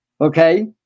Okay